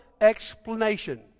explanation